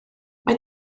mae